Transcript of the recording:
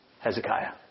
Hezekiah